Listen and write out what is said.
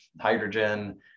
hydrogen